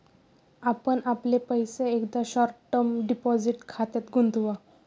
आपण आपले पैसे एकदा शॉर्ट टर्म डिपॉझिट खात्यात गुंतवा